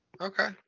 Okay